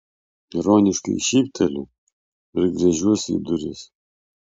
ironiškai šypteliu ir gręžiuosi į duris